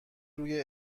روی